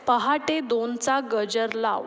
पहाटे दोनचा गजर लाव